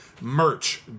merch